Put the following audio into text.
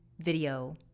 video